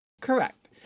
Correct